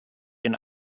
den